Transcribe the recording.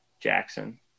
Jackson